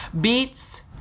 beets